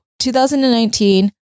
2019